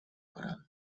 parado